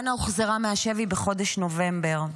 אילנה הוחזרה מהשבי בחודש נובמבר.